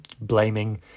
blaming